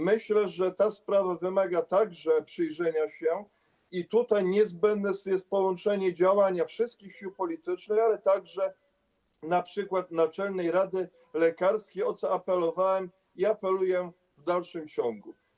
Myślę, że ta sprawa również wymaga przyjrzenia się, i tutaj niezbędne jest połączenie działania wszystkich sił politycznych, ale także np. Naczelnej Rady Lekarskiej, o co apelowałem i apeluję w dalszym ciągu.